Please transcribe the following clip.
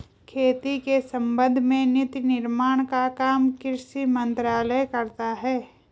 खेती के संबंध में नीति निर्माण का काम कृषि मंत्रालय करता है